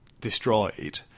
destroyed